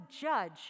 judge